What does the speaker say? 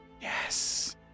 Yes